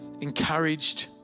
encouraged